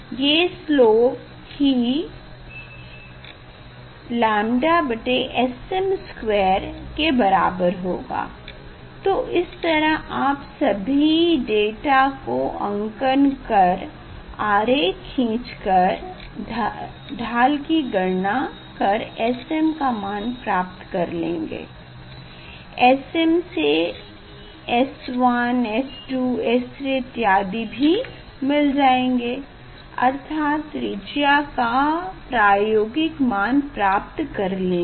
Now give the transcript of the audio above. ये स्लोप ही 𝞴sm2 के बराबर होगा तो इस तरह आप सभी डाटा को अंकन कर आरेख खीच कर ढाल की गणना कर sm का मान प्राप्त कर लेंगे sm से s1 s2 s3 इत्यादि भी मिल जाएगा अर्थात त्रिज्या का प्रायोगिक मान प्राप्त कर लेंगे